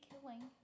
killing